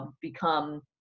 become